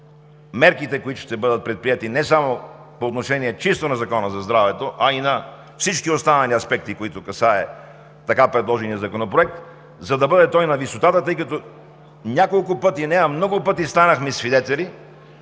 мерките, които ще бъдат предприети не само по отношение на Закона за здравето, а и на всички останали аспекти, които касаят така предложения законопроект, за да бъде той на висотата, тъй като много пъти станахме свидетели